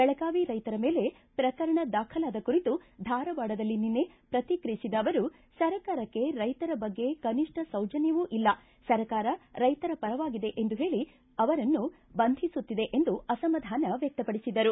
ಬೆಳಗಾವಿ ರೈತರ ಮೇಲೆ ಪ್ರಕರಣ ದಾಖಲಾದ ಕುರಿತು ಧಾರವಾಡದಲ್ಲಿ ನಿನ್ನೆ ಪ್ರತಿಕ್ರಿಯಿಸಿದ ಅವರು ಸರ್ಕಾರಕ್ಕೆ ರೈತರ ಬಗ್ಗೆ ಕನಿಷ್ಠ ಸೌಜ್ಯನ್ಯವೂ ಇಲ್ಲ ಸರ್ಕಾರ ರೈತರ ಪರವಾಗಿದೆ ಎಂದು ಹೇಳಿ ಅವರನ್ನು ಬಂಧಿಸುತ್ತಿದೆ ಎಂದು ಅಸಮಾಧಾನ ವ್ಯಕ್ತಪಡಿಸಿದರು